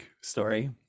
story